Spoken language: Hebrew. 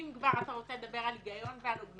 אם כבר אתה רוצה לדבר על היגיון ועל הוגנות.